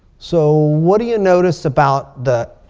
so what do you notice about the